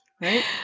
Right